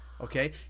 Okay